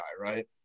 right